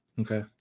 Okay